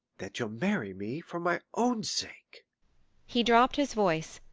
that you'll marry me for my own sake he dropped his voice,